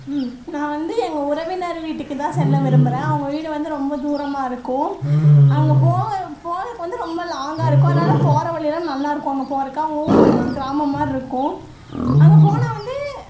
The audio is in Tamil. ம் நான் வந்து எங்கள் உறவினர் வீட்டுக்குதான் செல்ல விரும்புகிறேன் அவங்க வீடு வந்து ரொம்ப தூரமாக இருக்கும் அங்கே போவ போகிறக்கு வந்து ரொம்ப லாங்காக இருக்கும் ஆனாலும் போகிற வழிலாம் நல்லா இருக்கும் அங்க போகிறக்கு அவங்க ஊரு வந்து ஒரு கிராமம் மாதிரி இருக்கும் அங்கே போனால் வந்து